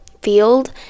field